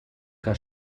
que